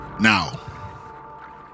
Now